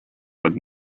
but